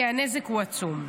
כי הנזק הוא עצום.